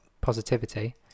positivity